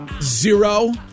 zero